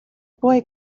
boy